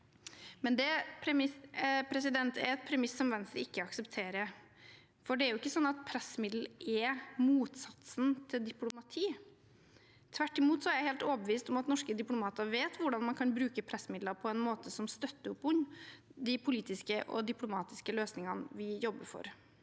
Det er et premiss Venstre ikke aksepterer, for det er jo ikke sånn at pressmidler er motsatsen til diplomati. Tvert imot er jeg helt overbevist om at norske diplomater vet hvordan man kan bruke pressmidler på en måte som støtter opp om de politiske og diplomatiske løsningene vi jobber for.